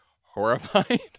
horrified